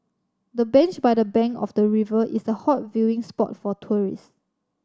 the bench by the bank of the river is a hot viewing spot for tourist